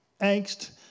angst